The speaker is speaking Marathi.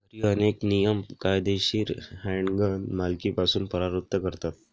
घरी, अनेक नियम कायदेशीर हँडगन मालकीपासून परावृत्त करतात